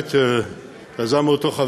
שבאמת יזם אותו חבר